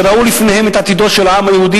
שראו לפניהם את עתידו של העם היהודי